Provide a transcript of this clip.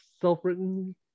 self-written